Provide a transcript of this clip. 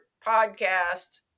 Podcasts